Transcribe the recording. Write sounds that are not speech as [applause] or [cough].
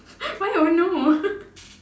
[laughs] why don't know [laughs]